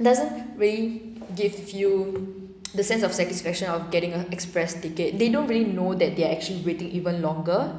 doesn't really give you the sense of satisfaction of getting a express ticket they don't really know that they're actually waiting even longer